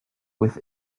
with